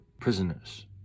prisoners